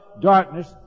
darkness